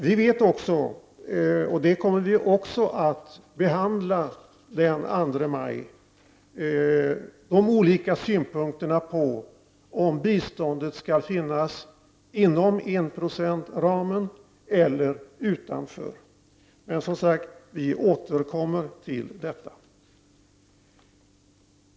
Vi känner också till de olika synpunkterna på om biståndet skall finnas inom enprocentsramen eller utanför den. Det kommer vi också att behandla den 2 maj, och vi återkommer som sagt till detta.